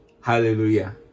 Hallelujah